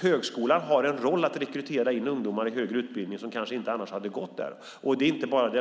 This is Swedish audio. Högskolan har en roll i att rekrytera in ungdomar i högre utbildning som kanske annars inte hade gått där.